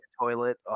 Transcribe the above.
toilet